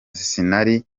sinari